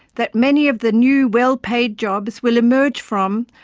that many of the new, well-paid jobs will emerge from,